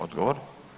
Odgovor.